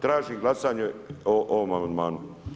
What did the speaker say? Tražim glasanje o ovom amandmanu.